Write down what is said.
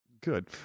Good